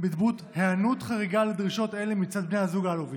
בדמות היענות חריגה לדרישות אלה מצד בני הזוג אלוביץ'.